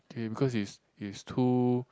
tame cause is it's too